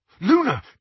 Luna